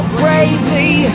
bravely